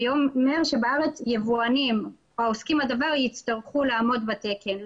ובארץ יבואנים העוסקים בדבר יצטרכו לעמוד בתקן,